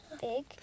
big